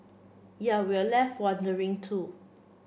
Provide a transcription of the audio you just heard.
yea we're left wondering too